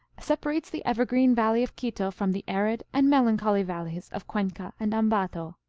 separates the evergreen valley of quito from the arid and melancholy valleys of cuenca and ambato.